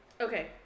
Okay